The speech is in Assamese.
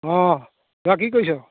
অ' কি কৰিছ'